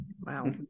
Wow